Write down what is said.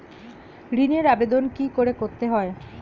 ঋণের আবেদন কি করে করতে হয়?